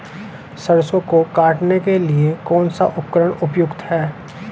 सरसों को काटने के लिये कौन सा उपकरण उपयुक्त है?